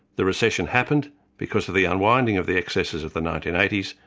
the recession happened because of the unwinding of the excesses of the nineteen eighty s,